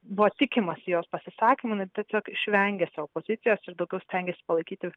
buvo tikimasi jo pasisakymai tiesiog išvengė savo pozicijos ir daugiau stengėsi palaikyti